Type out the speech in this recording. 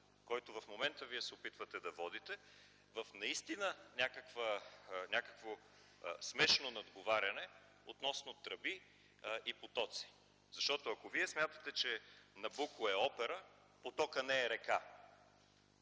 който в момента Вие се опитвате да водите, в някакво смешно надговаряне относно тръби и потоци, защото ако Вие смятате, че „Набуко” е опера, потокът не е река.